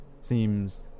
seems